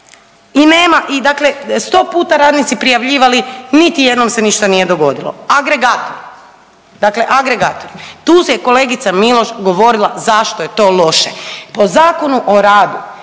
I nema i dakle sto puta radnici prijavljivali niti jednom se ništa nije dogodilo. Agregatori, dakle agregatori tu se kolegica Miloš govorila zašto je to loše. Po Zakonu o radu